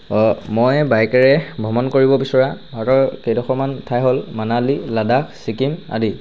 মই বাইকেৰে ভ্ৰমণ কৰিব বিচৰা ভাৰতৰ কেইডোখৰমান ঠাই হ'ল মানালি লাডাখ ছিকিম আদি